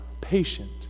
patient